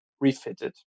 refitted